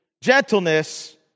gentleness